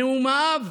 נאומיו